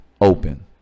open